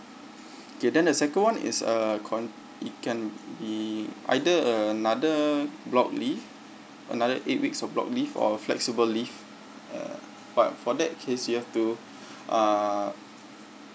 okay then the second one is uh con~ it can be either a another block leave another eight weeks of block leave or a flexible leave uh but for that case you have to uh